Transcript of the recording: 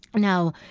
now,